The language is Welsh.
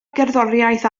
gerddoriaeth